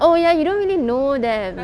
oh ya you don't really know them